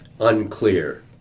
unclear